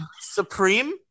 Supreme